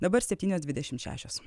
dabar septynios dvidešimt šešios